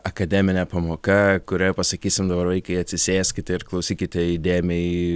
akademinė pamoka kurioj pasakysim dabar vaikai atsisėskit ir klausykite įdėmiai